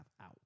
out